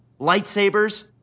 lightsabers